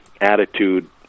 attitude